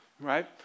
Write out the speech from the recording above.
Right